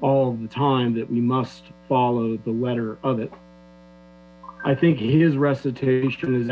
all the time that we must follow the letter of it i think his recitation